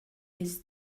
his